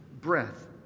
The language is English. breath